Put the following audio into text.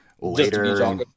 later